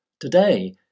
Today